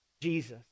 Jesus